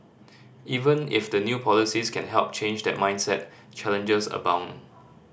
even if the new policies can help change that mindset challenges abound